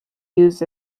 used